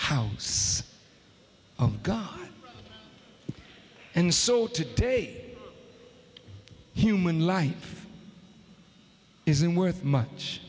house god and so today human life isn't worth much